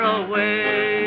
away